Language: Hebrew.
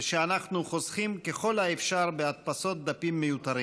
ושאנחנו חוסכים ככל האפשר בהדפסות דפים מיותרים.